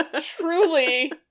truly